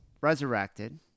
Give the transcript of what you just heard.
resurrected